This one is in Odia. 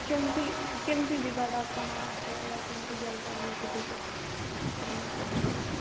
କେମିତି କେମିତି ଯିବା ଆପଣ କେମିତି ଯାଇପାରିବୁ ସେଠିକି କେତେ